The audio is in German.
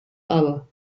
aber